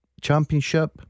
championship